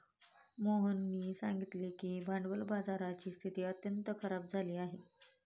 मोहननी सांगितले की भांडवल बाजाराची स्थिती अत्यंत खराब झाली आहे